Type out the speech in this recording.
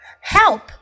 help